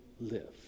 live